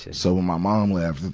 so when my mom left,